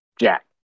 Jack